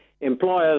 Employers